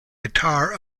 guitar